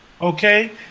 Okay